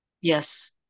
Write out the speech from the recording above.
Yes